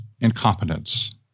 incompetence